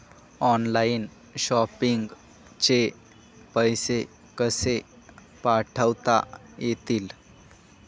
Online shopping चे पैसे कसे पाठवता येतील?